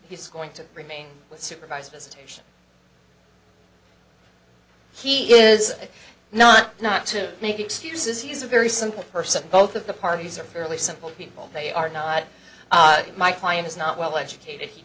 he's going to remain with supervised visitation he is not not to make excuses he's a very simple person both of the parties are fairly simple people they are not my client is not well educated he